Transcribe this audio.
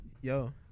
yo